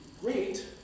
great